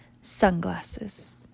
sunglasses